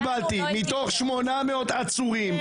מתוך 800 עצורים,